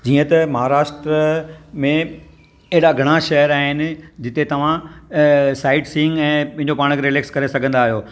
जीअं त महाराष्ट्र में अहिड़ा घणा शहर आहिनि जिते तव्हां साइट सीन ऐं पंहिंजो पाण खे रिलेक्स करे सघंदा आहियो